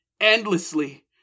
endlessly